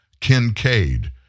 Kincaid